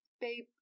babe